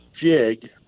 jig